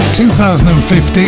2015